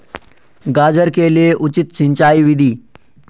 गाजर के लिए उचित सिंचाई विधि?